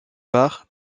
part